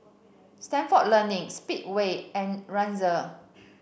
Stalford Learning Speedway and Razer